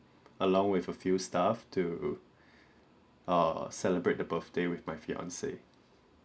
along with a few staff to err celebrate the birthday with my fiance